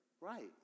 Right